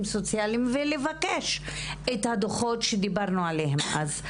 הסוציאליים ולבקש את הדוחות שדיברנו עליהם אז.